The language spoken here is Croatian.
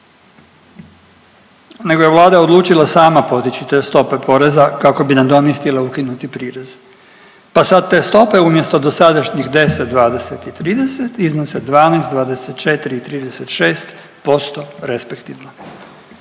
nego je Vlada odlučila sama podići te stope poreza kako bi nadomjestila ukinuti prirez, pa sad te stope umjesto dosadašnjih 10, 20 i 30 iznose 12, 24 i 36% respektivno.